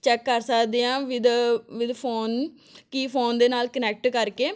check ਕਰ ਸਕਦੇ ਹਾਂ ਵਿਦ ਵਿਦ ਫ਼ੋਨ ਕਿ ਫ਼ੋਨ ਦੇ ਨਾਲ ਕਨੈਕਟ ਕਰਕੇ